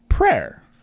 Prayer